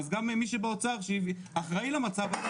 אז גם מי שבאוצר אחראי על המצב הזה,